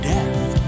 Death